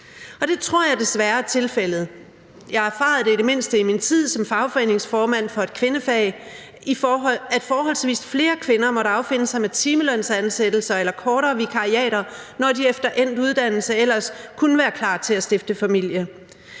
det tror jeg desværre er tilfældet. Jeg har i det mindste i min tid som fagforeningsformand for et kvindefag erfaret, at forholdsvis flere kvinder måtte affinde sig med timelønsansættelser eller kortere vikariater, når de efter endt uddannelse ellers kunne være klar til at stifte familie.